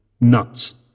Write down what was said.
nuts